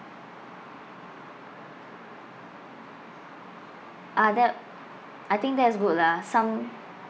ah that I think that is good lah some